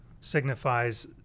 signifies